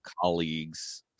colleagues